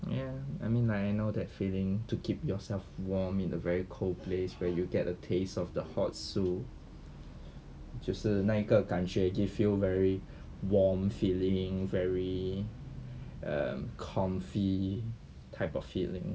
ya I mean I know that feeling to keep yourself warm in a very cold place where you get a taste of the hot soup 就是那一个感觉 give you very warm feeling very um comfy type of feeling